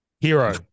hero